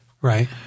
Right